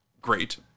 great